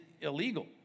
illegal